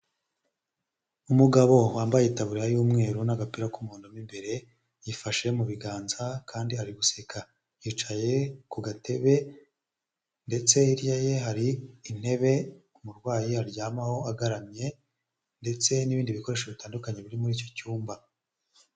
Umugabo wambaye itaburiya y'umweru n'agapira k'umuhondo mu imbere; yifashe mu biganza kandi ari guseka; yicaye ku gatebe ndetse hirya ye hari intebe umurwayi aryamaho agaramye; ndetse n'ibindi bikoresho bitandukanye biri muri icyo cyumba.